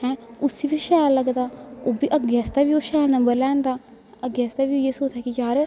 हैं उस्सी बी शैल लगदा ओह् बी अग्गें आस्तै बी शैल नम्बर लेआनदा अग्गें आस्तै बी इ'यै सोचदा कि यार